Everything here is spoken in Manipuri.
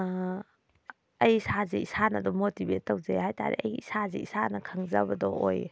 ꯑꯩ ꯏꯁꯥꯁꯦ ꯏꯁꯥꯅ ꯑꯗꯨꯝ ꯃꯣꯇꯤꯕꯦꯠ ꯇꯧꯖꯩ ꯍꯥꯏꯇꯥꯔꯦ ꯑꯩ ꯏꯁꯥꯁꯦ ꯏꯁꯥꯅ ꯈꯪꯖꯕꯗꯣ ꯑꯣꯏꯌꯦ